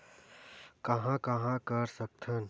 कहां कहां कर सकथन?